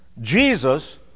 Jesus